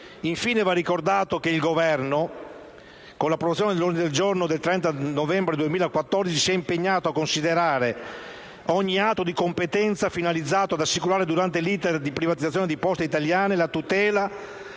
Infine, va considerato che il Governo, con l'approvazione dell'ordine del giorno del 30 novembre 2014, si è impegnato a considerare ogni atto di competenza finalizzato ad assicurare, durante l'*iter* di privatizzazione di Poste italiane SpA, la tutela,